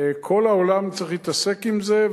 כל העולם צריך להתעסק עם זה,